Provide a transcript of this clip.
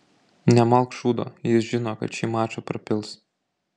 nemalk šūdo jis žino kad šį mačą prapils